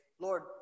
Lord